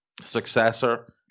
successor